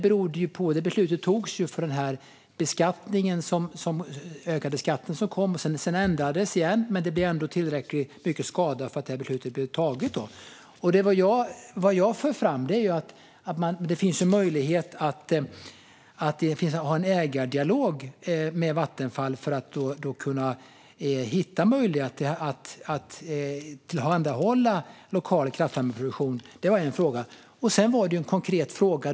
Beslutet fattades i och med den ökade beskattning som kom men ändrades sedan igen. Men beslutet orsakade ändå tillräckligt med skada när det fattades. Vad jag för fram är att det finns möjlighet att föra en ägardialog med Vattenfall för att kunna hitta vägar att tillhandahålla lokal kraftvärmeproduktion. Det var en fråga. Jag hade också en konkret fråga.